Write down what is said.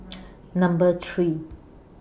Number three